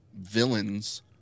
villains